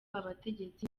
abategetsi